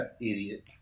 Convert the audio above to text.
idiot